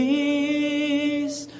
Peace